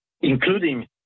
including